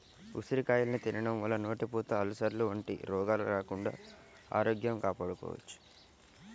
ఉసిరికాయల్ని తినడం వల్ల నోటిపూత, అల్సర్లు వంటి రోగాలు రాకుండా ఆరోగ్యం కాపాడుకోవచ్చు